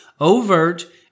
overt